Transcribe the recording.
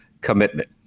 commitment